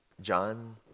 John